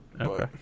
okay